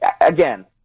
again